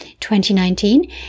2019